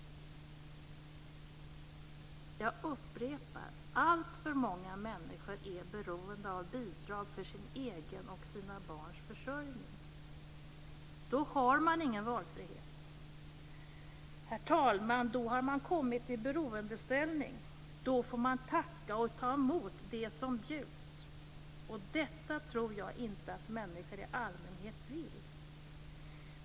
Jag upprepar: Alltför många människor är beroende av bidrag för sin egen och sina barns försörjning. Då har man ingen valfrihet. Herr talman! Då har man kommit i beroendeställning. Då får man tacka och ta emot det som bjuds, och detta tror jag inte att människor i allmänhet vill.